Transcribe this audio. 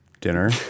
Dinner